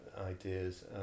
ideas